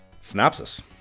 synopsis